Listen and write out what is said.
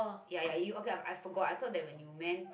ya ya you okay I forgot I thought when you meant